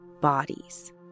bodies